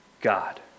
God